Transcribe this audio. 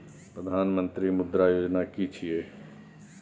प्रधानमंत्री मुद्रा योजना कि छिए?